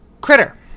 Critter